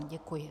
Děkuji.